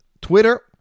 Twitter